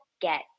get